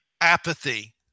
Apathy